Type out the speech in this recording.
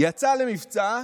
יצא למבצע,